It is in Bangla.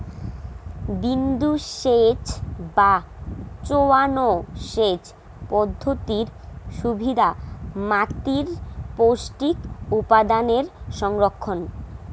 বিন্দুসেচ বা চোঁয়ানো সেচ পদ্ধতির সুবিধা মাতীর পৌষ্টিক উপাদানের সংরক্ষণ